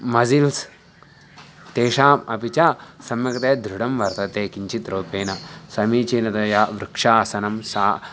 mussels तेषाम् अपि च सम्यक्तया दृढं वर्तते किञ्चित् रूपेण समीचीनतया वृक्षासनं सा